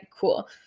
cool